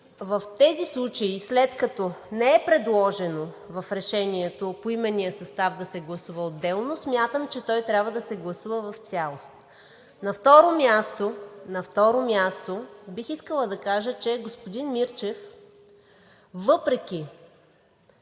в тези случаи, след като не е предложено в решението поименният състав да се гласува отделно, смятам, че той трябва да се гласува в цялост. На второ място, бих искала да кажа, че господин Мирчев въпреки